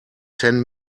ten